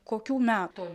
kokių metų